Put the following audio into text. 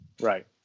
Right